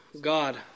God